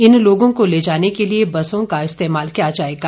इन लोगों को ले जाने के लिए बसों का इस्तेमाल किया जायेगा